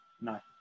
No